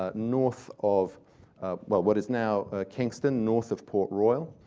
ah north of but what is now kingston, north of port royal,